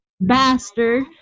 bastard